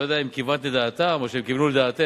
אני לא יודע אם כיוונת לדעתם או שהם כיוונו לדעתך,